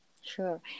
Sure